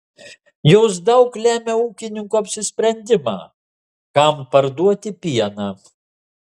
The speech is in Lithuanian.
jos daug lemia ūkininko apsisprendimą kam parduoti pieną